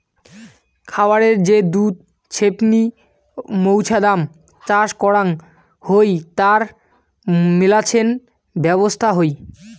খায়ারে যে দুধ ছেপনি মৌছুদাম চাষ করাং হউ তার মেলাছেন ব্যবছস্থা হই